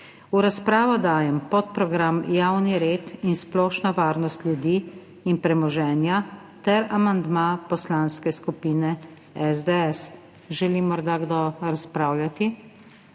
V razpravo dajem podprogram Javni red in splošna varnost ljudi in premoženja ter amandma Poslanske skupine SDS. Želi morda kdo razpravljati?